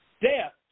Death